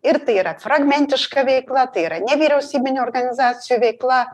ir tai yra fragmentiška veikla tai yra nevyriausybinių organizacijų veikla